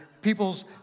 people's